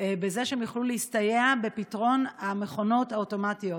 בזה שהם יוכלו להסתייע בפתרון המכונות האוטומטיות.